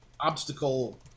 obstacle